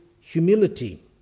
humility